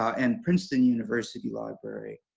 and princeton university library